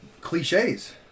cliches